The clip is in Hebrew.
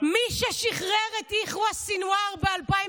מי ששחרר את יחיא סנוואר ב-2015,